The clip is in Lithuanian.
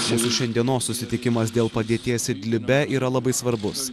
mūsų šiandienos susitikimas dėl padėties idlibe yra labai svarbus